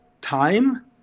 time